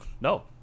no